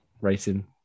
racing